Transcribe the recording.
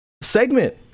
segment